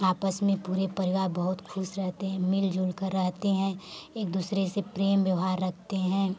आपस में पूरे परिवार बहुत खुश रहते हैं मिलजुल कर रहते हैं एक दूसरे से प्रेम व्यवहार रखते हैं